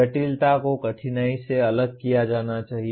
जटिलता को कठिनाई से अलग किया जाना चाहिए